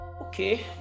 okay